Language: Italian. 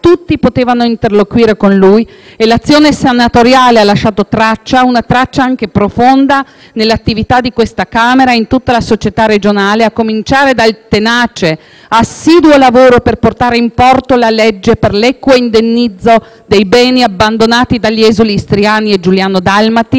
Tutti potevano interloquire con lui e l'azione senatoriale ha lasciato una traccia profonda nell'attività di questa Camera e in tutta la società regionale, a cominciare dal tenace e assiduo lavoro per portare in porto la legge per l'equo indennizzo dei beni abbandonati dagli esuli istriani e giuliano-dalmati,